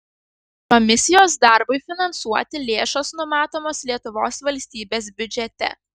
komisijos darbui finansuoti lėšos numatomos lietuvos valstybės biudžete